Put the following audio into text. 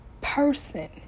person